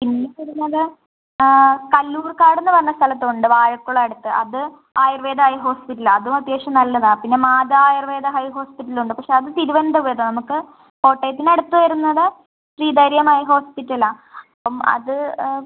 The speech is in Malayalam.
പിന്നെ ഇപ്പോൾ ഇവിടെ ഉള്ളത് കല്ലൂർക്കാടെന്നു പറഞ്ഞ സ്ഥലത്തുണ്ട് വാഴക്കുളത്തിനടുത്ത് അത് ആയുർവേദ ഐ ഹോസ്പിറ്റലാണ് അതും അത്യാവശ്യം നല്ലതാണ് പിന്നെ മാതാ ആയുർവേദ ഐ ഹോസ്പിറ്റലുണ്ട് പക്ഷെ അത് തിരുവനന്തപുരത്താണ് നമുക്ക് കോട്ടയത്തിനടുത്ത് വരുന്നത് ശ്രീധരീയം ഐ ഹോസ്പിറ്റലാണ് അപ്പം അത്